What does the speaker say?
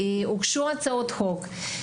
הוגשו הצעות חוק,